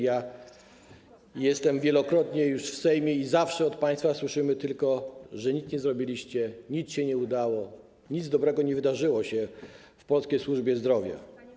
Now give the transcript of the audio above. Ja jestem już wielokrotnie w Sejmie i zawsze od państwa słyszymy tylko, że nic nie zrobiliście, nic się nie udało, nic dobrego nie wydarzyło się w polskiej służbie zdrowia.